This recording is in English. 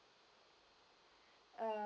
uh